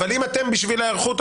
אבל אם אתם בשביל ההערכות,